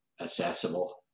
accessible